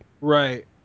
Right